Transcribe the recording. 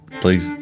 please